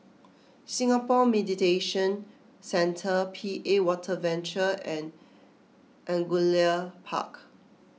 Singapore Mediation Centre P A Water Venture and Angullia Park